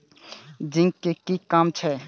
Zinc के कि काम छै?